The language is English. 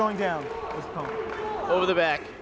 going down over the back